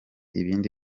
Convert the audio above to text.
ibindi